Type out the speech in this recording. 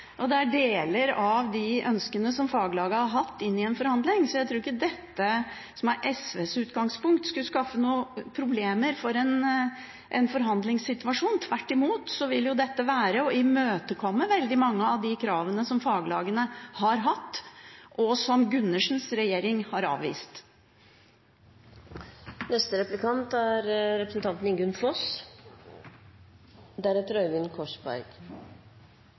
sett, det er deler av de ønskene som faglagene har hatt inn i en forhandling. Så jeg tror ikke dette, som er SVs utgangspunkt, skulle skaffe noen problemer i en forhandlingssituasjon. Tvert imot vil dette være å imøtekomme veldig mange av de kravene som faglagene har hatt, og som representanten Gundersens regjering har avvist. Alle partier ønsker mest mulig norskprodusert mat – spørsmålet er